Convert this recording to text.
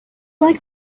like